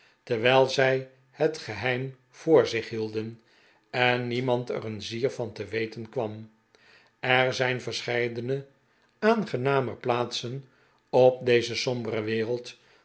terwijl zij het geheim voor zich hielden en niemand er een zier van te we ten kwam er zijn verscheidene aangenamer plaatsen op deze sombere wereld